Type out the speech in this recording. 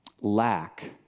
lack